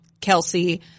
Kelsey